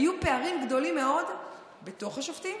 היו פערים גדולים מאוד בתוך השופטים,